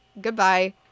goodbye